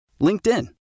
LinkedIn